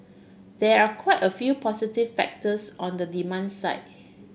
there are quite a few positive factors on the demand side